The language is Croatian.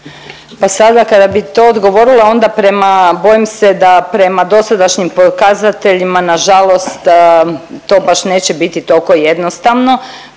Pa sada kada bi to odgovorila onda prema, bojim se da prema dosadašnjim pokazateljima nažalost to baš neće biti tolko jednostavno,